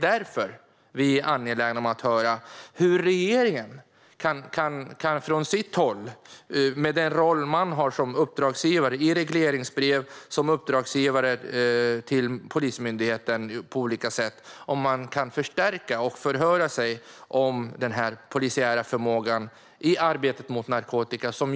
Därför är vi angelägna om att höra om regeringen i sin roll som uppdragsgivare till Polismyndigheten genom sitt regleringsbrev kan förstärka den polisiära förmågan i arbetet mot narkotika.